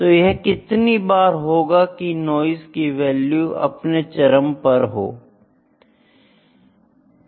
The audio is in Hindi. तो यह कितनी बार होगा की नॉइस की वैल्यू अपने चरम पर होगी